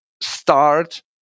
start